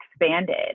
expanded